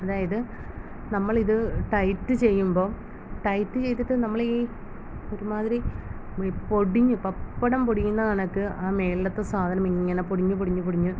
അതായത് നമ്മളിത് ടൈറ്റ് ചെയ്യുമ്പോൾ ടൈറ്റ് ചെയ്തിട്ട് നമ്മൾ ഈ ഒരുമാതിരി പൊടിഞ്ഞ് പപ്പടം പൊടിയുന്ന കണക്ക് ആ മുകളിലത്തെ സാധനം ഇങ്ങനെ പൊടിഞ്ഞ് പൊടിഞ്ഞ് പൊടിഞ്ഞ്